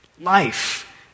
Life